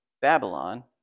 Babylon